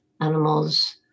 animals